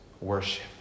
worship